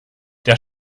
der